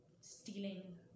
stealing